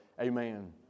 amen